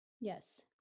Yes